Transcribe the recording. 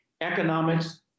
economics